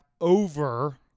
over